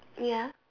ya